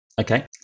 Okay